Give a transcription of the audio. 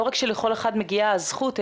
לא רק שלכל אחד מגיעה הזכות,